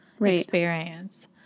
experience